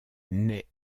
naît